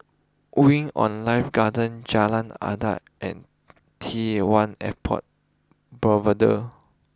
Wing on Life Garden Jalan Adat and T one Airport Boulevard